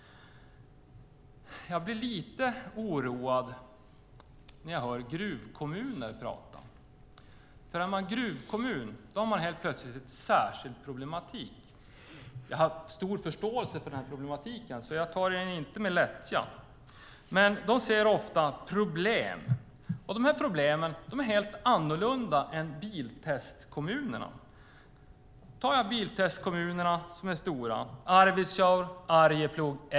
Jag blir lite oroad när jag hör gruvkommuner prata, för är man gruvkommun har man helt plötsligt en särskild problematik. Jag har stor förståelse för den problematiken, så jag tar inte lätt på den, men de ser ofta problem.